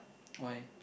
why